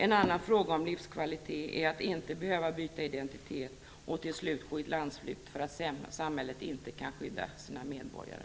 En annan fråga om livskvalitet är att inte behöva byta identitet och till slut gå i landsflykt för att samhället inte kan skydda sina medborgare.